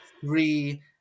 three